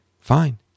fine